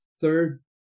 Third